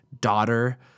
daughter